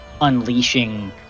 unleashing